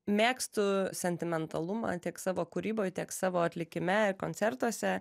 mėgstu sentimentalumą tiek savo kūryboj tiek savo atlikime ir koncertuose